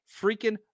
freaking